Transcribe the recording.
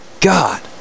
God